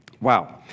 Wow